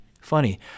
funny